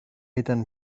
ήταν